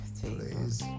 Please